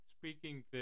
speaking